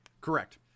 Correct